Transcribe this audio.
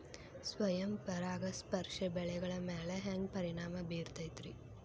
ಸ್ವಯಂ ಪರಾಗಸ್ಪರ್ಶ ಬೆಳೆಗಳ ಮ್ಯಾಲ ಹ್ಯಾಂಗ ಪರಿಣಾಮ ಬಿರ್ತೈತ್ರಿ?